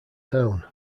town